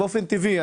באופן טבעי,